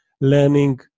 learning